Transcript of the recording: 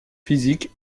physique